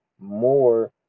more